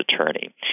attorney